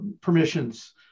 permissions